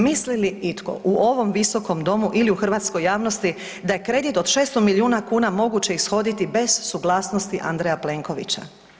Misli li itko u ovom visokom domu ili u hrvatskoj javnosti da je kredit od 600 milijuna kuna moguće ishoditi bez suglasnosti Andreja Plenkovića?